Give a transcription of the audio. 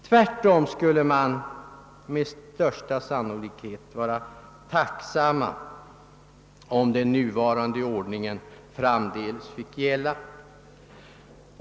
Tvärtom skulle man med största sannolikhet vara tacksam, om den nuvarande ordningen framdeles fick gälla.